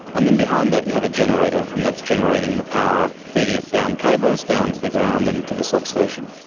and then behind that you have a generator, and that's generating the power, feeding it down cables, down to the ground and to the substation.